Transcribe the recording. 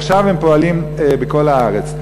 ועכשיו הם פועלים בכל הארץ.